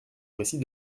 récit